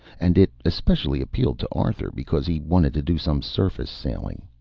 and it especially appealed to arthur because he wanted to do some surface sailing.